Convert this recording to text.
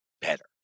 better